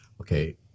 okay